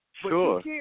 Sure